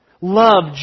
Love